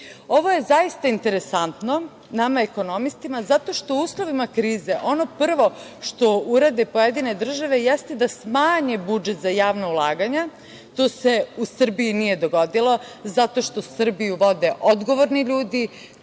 je zaista interesantno nama ekonomistima zato što u uslovima krize ono prvo što urade pojedine države jeste da smanje budžet za javna ulaganja. To se u Srbiji nije dogodilo, zato što Srbiju vode odgovorni ljudi